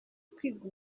kwiga